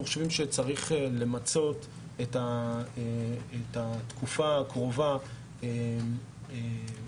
אנחנו חושבים שצריך למצות את התקופה הקרובה לעמוד